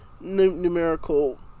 numerical